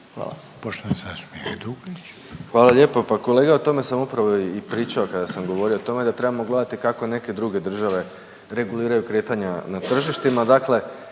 Domagoj (Socijaldemokrati)** Hvala lijepo. Pa kolega, o tome sam upravo i pričao kada sam govorio o tome da trebamo gledati kako neke druge države reguliraju kretanja na tržištima. Dakle